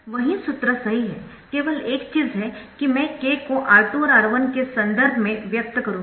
वही सूत्र सही है केवल एक चीज है कि मैं K को R2 और R1 के संदर्भ में व्यक्त करुँगी